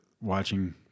watching